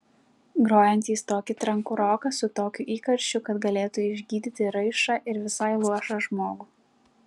grojantys tokį trankų roką su tokiu įkarščiu kad galėtų išgydyti raišą ar visai luošą žmogų